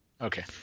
Okay